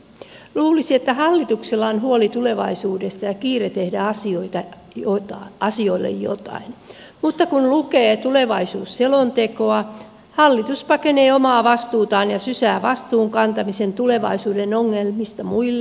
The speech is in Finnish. luulisi että hallituksella on huoli tulevaisuudesta ja kiire tehdä asioille jotain mutta kun lukee tulevaisuusselontekoa hallitus pakenee omaa vastuutaan ja sysää vastuun kantamisen tulevaisuuden ongelmista muille